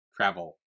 travel